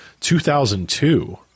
2002